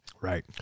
Right